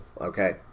okay